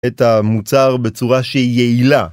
‫את המוצר בצורה שיעילה.